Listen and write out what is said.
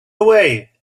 away